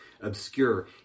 obscure